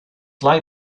like